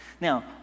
Now